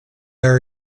are